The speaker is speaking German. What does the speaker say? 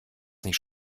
nicht